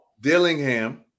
Dillingham